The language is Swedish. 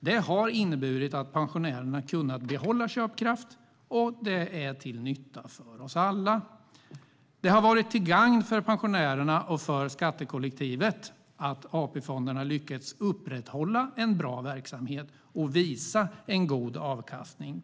Det har inneburit att pensionärerna kunnat behålla köpkraft, och det är till nytta för oss alla. Det har varit till gagn för pensionärerna och för skattekollektivet att AP-fonderna lyckats upprätthålla en bra verksamhet och visa en god avkastning.